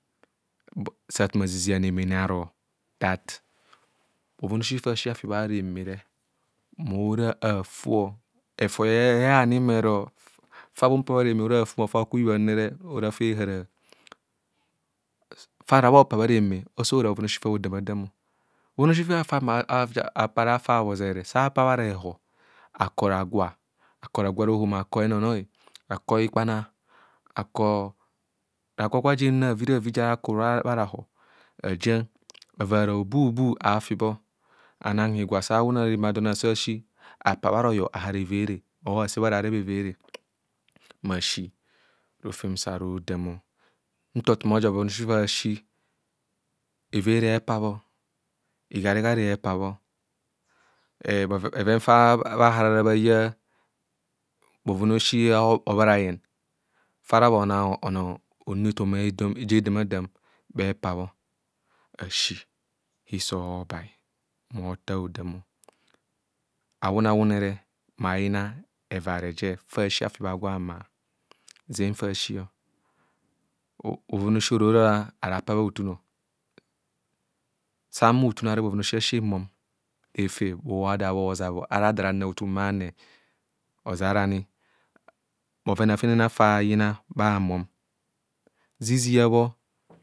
Sa kuma azizia anemene aro tgat bhoven aosi fa asi afi bhareme re ma ora afo. Efou eyeng ani ehumo ero fa bhunk bha reme ma ora afum, fa ibham ora fa ehạra. Fata bho pa bha reme ora bhiven aosi fa bhoda madam bhoven aosi fe apara hafa haobho oʒere, sa apa bha rehur, ako ragwa, ako ragwarohom, ako henonoi, ako hikpana, ako ragwagwa jem ravl ja ara kybha rehor ajuana avara obu- bu aofibho, anana higwa sa awune ara remadon aso bhasi, apabha royor ahar everr or asebha royor areb evere masi rofem sa rohodam o. Nta okumo oja bhoven aosi fasi evere epabho, igari gari, epabho, bhevenevene fa bha hara bhaya bheven osi hobhareyen fara ọnọọ onu ethoma ja edạạmạdạm bhenɛ bho asi hiso hobai ma ota hodaan. Awune wunere ma ayina. evạre je fa asi afi ha agwo hamma zena fa asi o. Bhoven oza ora ara pa bha hotun. Sa ahumo hothun areb bhoven aosi bhamom refee bhuwong ada bhooʒab ọ. Ara ada ara anaa hothun bhaane.